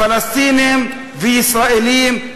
פלסטינים וישראלים,